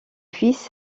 fils